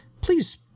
please